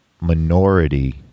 minority